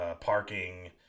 Parking